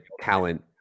talent